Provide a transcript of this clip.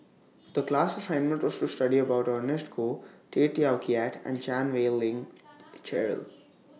The class assignment was to study about Ernest Goh Tay Teow Kiat and Chan Wei Ling Cheryl